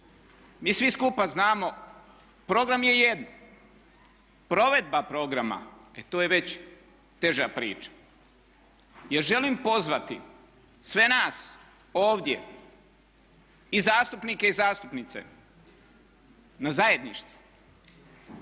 mi svi skupa znamo program je jedno, provedba programa, e to je već teža priča. Jer želim pozvati sve nas ovdje i zastupnike i zastupnice na zajedništvo.